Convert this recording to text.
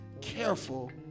careful